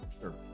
Sure